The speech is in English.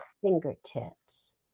fingertips